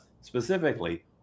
specifically